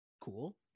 cool